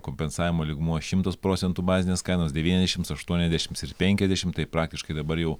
kompensavimo lygmuo šimtas procentų bazinės kainos devyniasdešims aštuoniasdešims ir penkiasdešim tai praktiškai dabar jau